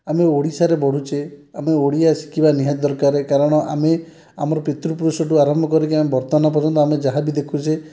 ଆମେ ଓଡ଼ିଶାରେ ବଢ଼ୁଛେ ଆମେ ଓଡ଼ିଆ ଶିଖିବା ନିହାତି ଦରକାର କାରଣ ଆମେ ଆମର ପିତୃପୁରୁଷଙ୍କଠୁ ଆରମ୍ଭ କରିକି ବର୍ତ୍ତମାନ ପର୍ଯ୍ୟନ୍ତ ଆମେ ଯାହା ବି ଦେଖୁଛେ